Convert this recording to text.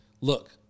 look